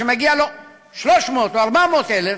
שמגיעים לו 300,000 או 400,000,